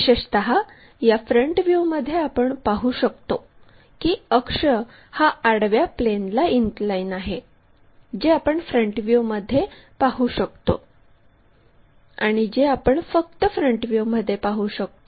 विशेषत या फ्रंट व्ह्यूमध्ये आपण पाहू शकतो की अक्ष हा आडव्या प्लेनला इनक्लाइन आहे जे आपण फक्त फ्रंट व्ह्यूमध्ये पाहू शकतो